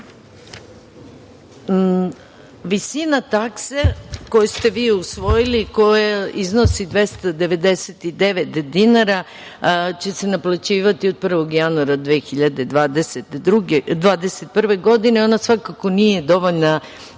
takse koju ste vi usvojili koja iznosi 299 dinara, će se naplaćivati od 1. januara 2021. godine. Ona svakako nije dovoljna